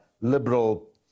liberal